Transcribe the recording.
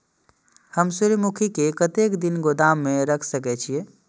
हम सूर्यमुखी के कतेक दिन गोदाम में रख सके छिए?